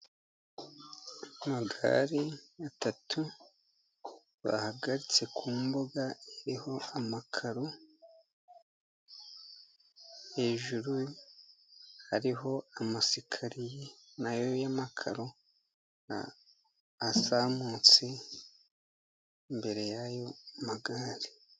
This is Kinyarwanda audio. Amagare atatu bahagaritse ku mbuga iriho amakaro, hejuru hariho amasikariye nayo y'amakaro asamutse imbere y'ayo magare.